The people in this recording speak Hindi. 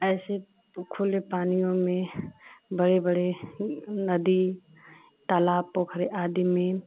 ऐसे खुले पानियों में बड़े बड़े नदी तालाब पोखर आदि में